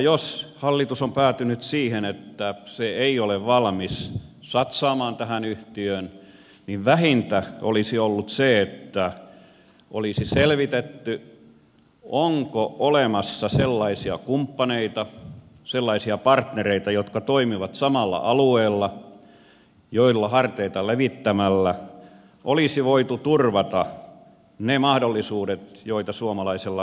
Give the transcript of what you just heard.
jos hallitus on päätynyt siihen että se ei ole valmis satsaamaan tähän yhtiöön niin vähintä olisi ollut se että olisi selvitetty onko olemassa sellaisia kumppaneita sellaisia partnereita jotka toimivat samalla alueella joiden harteita levittämällä olisi voitu turvata ne mahdollisuudet joita suomalaisella elintarvikeklusterilla on